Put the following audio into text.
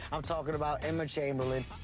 i'm talking about emma chamberlain.